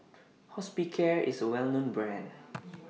Hospicare IS A Well known Brand